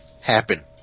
happen